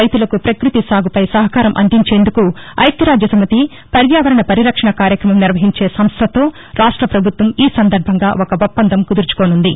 రైతులకు ప్రక్బతి సాగుపై సహకారం అందించేందుకు ఐక్యరాజ్యసమితి పర్యావరణ పరిరక్షణ కార్యక్రమం నిర్వహించే సంస్టతో రాష్ట్రపభుత్వం ఈ సందర్బంగా ఒక ఒప్పందం కుదుర్చుకోనుంది